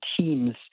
teams